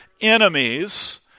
enemies